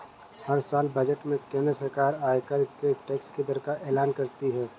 हर साल बजट में केंद्र सरकार आयकर के टैक्स की दर का एलान करती है